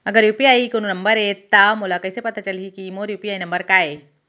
अगर यू.पी.आई कोनो नंबर ये त मोला कइसे पता चलही कि मोर यू.पी.आई नंबर का ये?